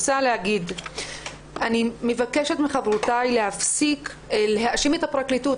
ואני מבקשת מחברותיי להפסיק להאשים את הפרקליטות.